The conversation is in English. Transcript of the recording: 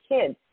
kids